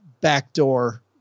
backdoor